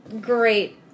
great